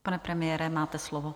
Pane premiére, máte slovo.